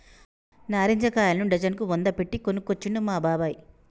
నారింజ కాయలను డజన్ కు వంద పెట్టి కొనుకొచ్చిండు మా బాబాయ్